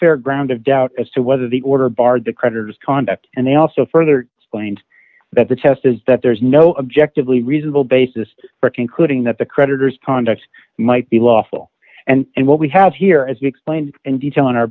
fairground of doubt as to whether the order barred the creditors conduct and they also further explained that the test is that there is no objective lee reasonable basis for concluding that the creditors conduct might be lawful and what we have here as you explained in detail in our